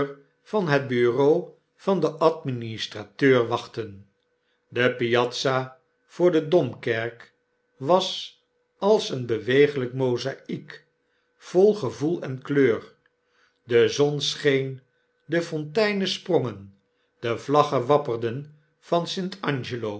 van het bureau van den administrates wachtten de piazza voor de domkerk was als een beweeglp mozaiek vol gevoel en kleur de zon scheen de fonteinen sprongen de vlaggen wapperden van